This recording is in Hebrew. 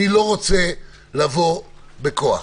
אני לא רוצה לבוא בכוח.